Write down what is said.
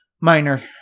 Minor